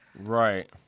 right